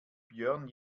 björn